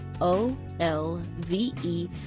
O-L-V-E